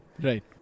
Right